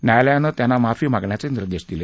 न्यायालयानं त्यांना माफी मागण्याचे निर्देश दिले